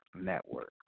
Network